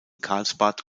karlsbad